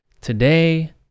Today